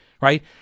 Right